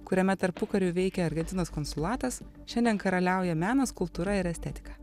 kuriame tarpukariu veikė argentinos konsulatas šiandien karaliauja menas kultūra ir estetika